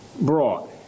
brought